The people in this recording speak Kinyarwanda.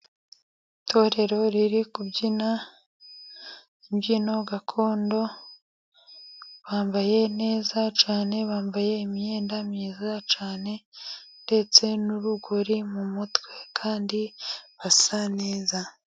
Itorero riri kubyina imbyino gakondo, bambaye neza cyane, bambaye imyenda myiza cyane ndetse n'urugori mu mutwe, kandi basa neza.